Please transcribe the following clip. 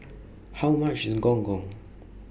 How much IS Gong Gong